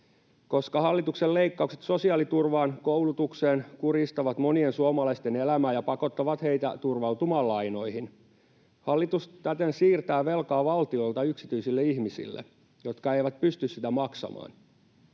koska hallituksen leikkaukset sosiaaliturvaan ja koulutukseen kurjistavat monien suomalaisten elämää ja pakottavat heitä turvautumaan lainoihin. Hallitus täten siirtää velkaa valtiolta yksityisille ihmisille, jotka eivät pysty sitä maksamaan.